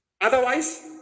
Otherwise